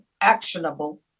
actionable